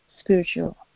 spiritual